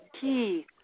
key